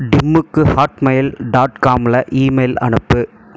டிம்முக்கு Hotmail dot காமில் email அனுப்பு